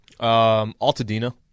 Altadena